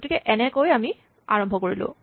গতিকে এনেকে আমি আৰম্ভ কৰিলোঁ